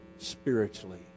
spiritually